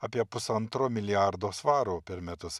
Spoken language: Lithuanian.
apie pusantro milijardo svarų per metus